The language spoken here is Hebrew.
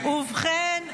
ובכן,